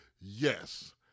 Yes